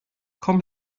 komm